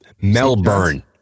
melbourne